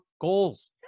goals